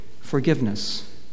forgiveness